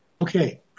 Okay